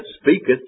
speaketh